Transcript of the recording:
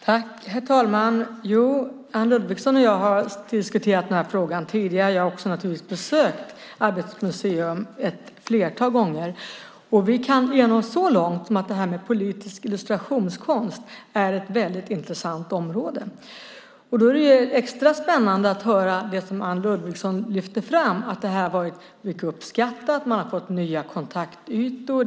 Herr talman! Anne Ludvigsson och jag har diskuterat den här frågan tidigare. Jag har också besökt Arbetets museum ett flertal gånger. Vi kan enas så långt som att politisk illustrationskonst är ett väldigt intressant område. Det är extra spännande att höra det som Anne Ludvigsson lyfte fram om att det varit mycket uppskattat och att man har fått nya kontaktytor.